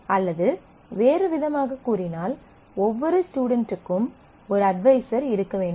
அல்லது வேறுவிதமாகக் கூறினால் ஒவ்வொரு ஸ்டுடென்ட்டுக்கும் ஒரு அட்வைசர் இருக்க வேண்டும்